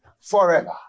forever